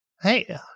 Hey